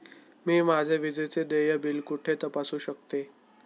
मी माझे विजेचे देय बिल कुठे तपासू शकते?